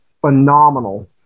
phenomenal